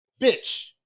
bitch